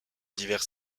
divers